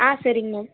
சரிங்க மேம்